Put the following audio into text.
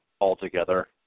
altogether